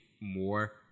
more